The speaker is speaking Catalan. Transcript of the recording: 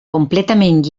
completament